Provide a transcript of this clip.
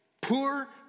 poor